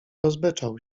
rozbeczał